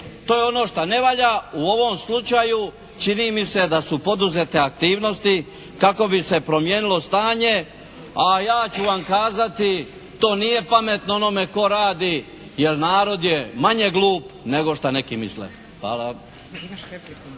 To je ono što ne valja. U ovom slučaju čini mi se da su poduzete aktivnosti kako bi se promijenilo stanje a ja ću vam kazati to nije pametno onome tko radi jer narod je manje glup nego što neki misle. Hvala.